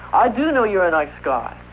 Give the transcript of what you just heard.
i do know you're a nice guy.